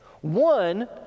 One